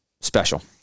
special